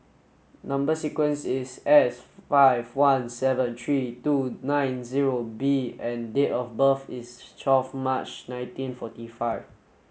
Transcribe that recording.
number sequence is S five one seven three two nine zero B and date of birth is twelve March nineteen forty five